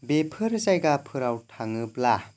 बेफोर जायगाफोराव थाङोब्ला